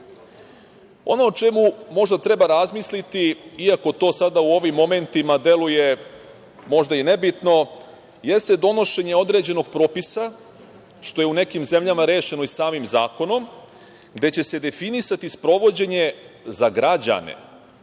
o čemu možda treba razmisliti, iako to sada u ovim momentima deluje možda i nebitno, jeste donošenje određenog propisa, što je u nekim zemljama rešeno i samim zakonom, gde će se definisati sprovođenje za građane